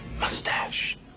mustache